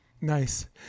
Nice